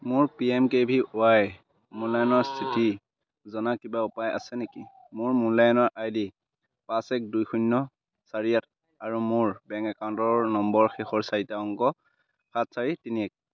মোৰ P M K V Y মূল্যায়নৰ স্থিতি জনাৰ কিবা উপায় আছে নেকি মোৰ মূল্যায়নৰ আই ডি পাঁচ এক দুই শূন্য চাৰি আঠ আৰু মোৰ বেংক একাউণ্টৰ নম্বৰৰ শেষৰ চাৰিটা অংক সাত চাৰি তিনি এক